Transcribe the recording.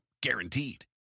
Guaranteed